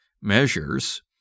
measures